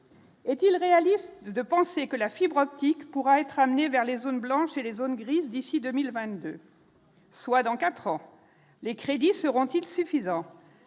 Est-il réaliste de penser que la fibre optique pourra être ramené vers les zones blanches et les zones grises d'ici 2022. Soit dans 4 ans, les crédits seront-ils suffisants,